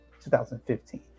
2015